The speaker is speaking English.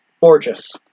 Gorgeous